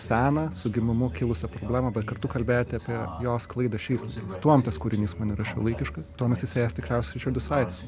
seną su gimimu kilusią problemą bet kartu kalbėti apie jo sklaidą šiais laikais tuom tas kūrinys man yra šiuolaikiškas tuom jis tikriausiai siejasi su ričardu saitsu